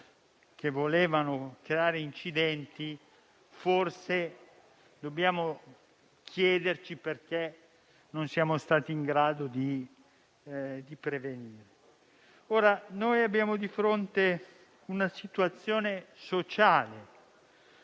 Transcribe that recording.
che volevano creare incidenti, forse dobbiamo chiederci perché non siamo stati in grado di prevenire. Abbiamo di fronte una situazione sociale,